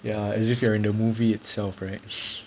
ya as if you're in the movie itself right